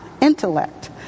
intellect